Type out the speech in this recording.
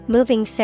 Moving